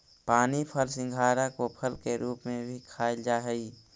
पानी फल सिंघाड़ा को फल के रूप में भी खाईल जा हई